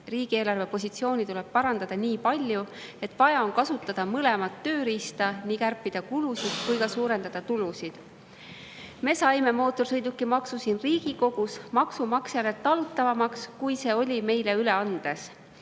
Riigieelarve positsiooni tuleb parandada nii palju, et vaja on kasutada mõlemat tööriista: nii kärpida kulusid kui ka suurendada tulusid. Me saime mootorsõidukimaksu siin Riigikogus maksumaksjale talutavamaks, kui see oli meile üle antud